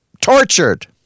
tortured